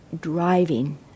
driving